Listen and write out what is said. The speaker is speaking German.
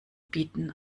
bieten